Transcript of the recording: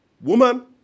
woman